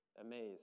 amazed